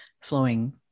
flowing